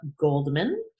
Goldman